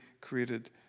created